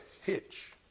hitch